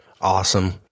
Awesome